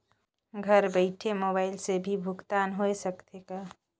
घर बइठे मोबाईल से भी भुगतान होय सकथे का?